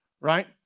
right